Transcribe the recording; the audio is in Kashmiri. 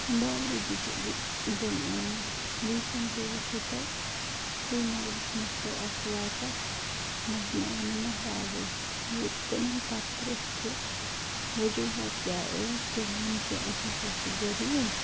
ڈاوری تہِ چھِ دِنہٕ یِوان ریسٹلی وُچھُ تویہ سیرینگرس منٛز گوٚو اَکھ واقعہ مَہرنہِ آو نہٕ مہرازٕے ییٛلہِ تِمن پتہٕ پرٛوژھ کہِ وُجوہات کیٚاہ ٲسۍ تٔمۍ ووٚن کہِ أسۍ ہَسا چھِ غریٖب